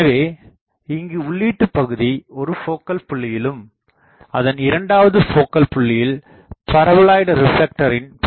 எனவே இங்கு உள்ளீட்டுப் பகுதி ஒரு போக்கல் புள்ளியிலும் அதன் இரண்டாவது போக்கல் புள்ளியில் பரபோலாய்ட் ரிப்லெக்டரின் paraboloidal reflector